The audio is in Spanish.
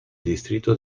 distrito